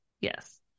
yes